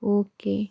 okay